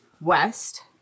west